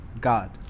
God